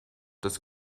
des